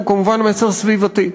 הוא כמובן מסר סביבתי.